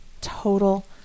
Total